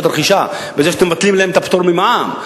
רכישה בזה שאתם מבטלים להם את הפטור ממע"מ.